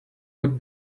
would